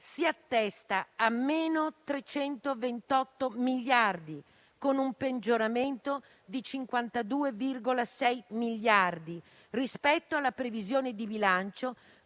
si attesta a -328 miliardi di euro, con un peggioramento di 52,6 miliardi rispetto alla previsione di bilancio,